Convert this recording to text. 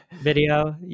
video